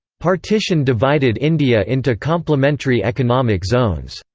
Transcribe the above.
partition divided india into complementary economic zones.